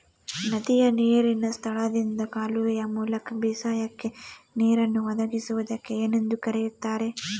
ನದಿಯ ನೇರಿನ ಸ್ಥಳದಿಂದ ಕಾಲುವೆಯ ಮೂಲಕ ಬೇಸಾಯಕ್ಕೆ ನೇರನ್ನು ಒದಗಿಸುವುದಕ್ಕೆ ಏನೆಂದು ಕರೆಯುತ್ತಾರೆ?